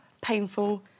painful